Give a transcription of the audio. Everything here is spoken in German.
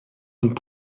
und